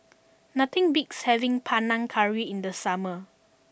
nothing beats having Panang Curry in the summer